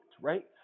right